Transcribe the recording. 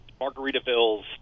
Margaritaville's